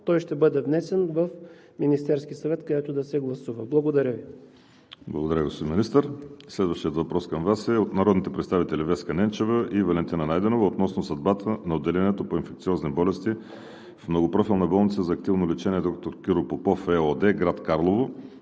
той ще бъде внесен в Министерския съвет, където да се гласува. Благодаря Ви. ПРЕДСЕДАТЕЛ ВАЛЕРИ СИМЕОНОВ: Благодаря, господин Министър. Следващият въпрос към Вас е от народните представители Веска Ненчева и Валентина Найденова – относно съдбата на отделението по инфекциозни болести в „Многопрофилна болница за активно лечение Д-р Киро Попов“ ЕООД, град Карлово,